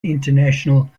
international